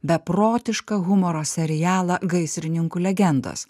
beprotišką humoro serialą gaisrininkų legendos